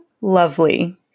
lovely